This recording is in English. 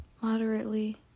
moderately